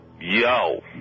Yo